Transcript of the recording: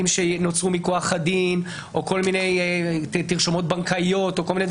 שנוצרו מכוח הדין או כל מיני תרומות בנקאיות וכולי.